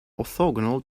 orthogonal